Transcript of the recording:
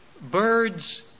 Birds